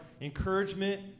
encouragement